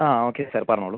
ആ okay sir പറഞ്ഞോളൂ